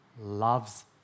loves